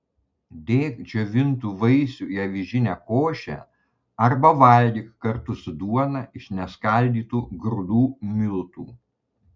dėk džiovintų vaisių į avižinę košę arba valgyk kartu su duona iš neskaldytų grūdų miltų